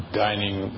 dining